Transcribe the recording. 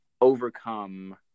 overcome